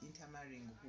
intermarrying